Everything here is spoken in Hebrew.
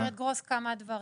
אמרה גברת גרוס כמה דברים.